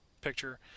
picture